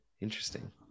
Interesting